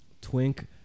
twink